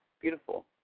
beautiful